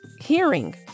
hearing